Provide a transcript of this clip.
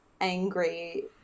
angry